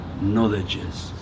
knowledges